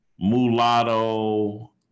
mulatto